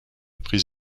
prise